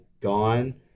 gone